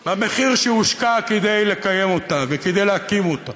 במחיר שהושקע כדי לקיים אותה וכדי להקים אותה,